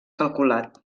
calculat